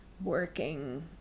working